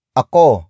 ako